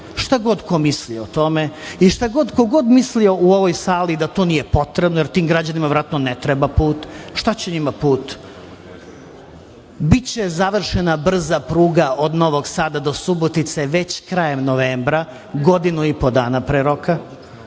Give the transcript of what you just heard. šta god ko mislio o tome i ko god mislio u ovoj sali da to nije potrebno, jer tim građanima verovatno, ne treba put, šta će njima put? Biće završena brza pruga od Novog Sada do Subotice već krajem novembra, godinu i po dana pre roka,